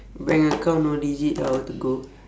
bank account one digit how to go